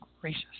Gracious